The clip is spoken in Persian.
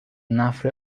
نفت